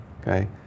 okay